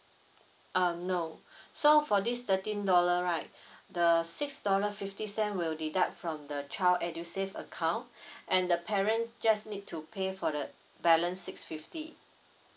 um no so for this thirteen dollar right the six dollar fifty cent will deduct from the child edusave account and the parent just need to pay for the balance six fifty